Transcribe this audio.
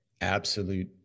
absolute